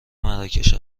مراکش